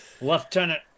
Lieutenant